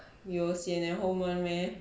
你有 sian at home one meh